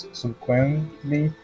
subsequently